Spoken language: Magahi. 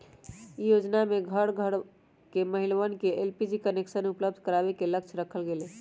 ई योजनमा में घर घर के महिलवन के एलपीजी कनेक्शन उपलब्ध करावे के लक्ष्य रखल गैले